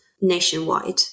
nationwide